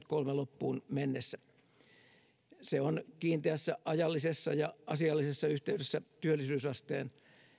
loppuun mennessä se on kiinteässä ajallisessa ja asiallisessa yhteydessä työllisyysasteen